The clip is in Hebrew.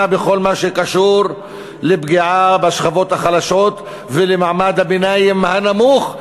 בכל מה שקשור לפגיעה בשכבות החלשות ובמעמד הביניים הנמוך,